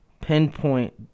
pinpoint